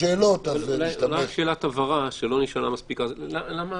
שאלת הבהרה למה